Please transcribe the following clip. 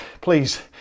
please